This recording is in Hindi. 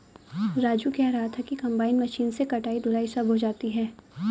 राजू कह रहा था कि कंबाइन मशीन से कटाई धुलाई सब हो जाती है